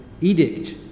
edict